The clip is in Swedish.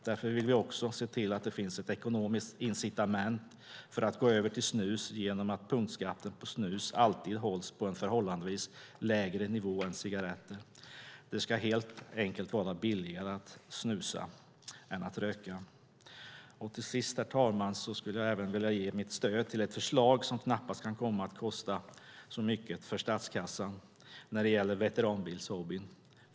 Därför vill vi se till att det också finns ett ekonomiskt incitament för att gå över till snus genom att punktskatten på snus alltid hålls på en lägre nivå än skatten på cigaretter. Det ska helt enkelt vara billigare att snusa än att röka. Herr talman! Till sist vill jag även ge mitt stöd till ett förslag som knappast kan komma att kosta så mycket för statskassan när det gäller veteranbilshobbyn.